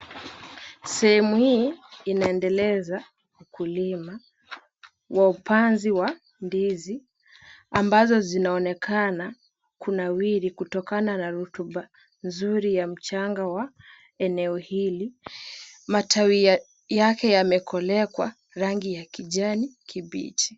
Sehemu hii inaendeleza ukulima wa upanzi wa ndizi ambazo zinaonekana kunawiri kutokana na rotuba nzuri ya mchanga wa eneo hili. Matawi yake yamekolea kwa rangi ya kijani kibichi.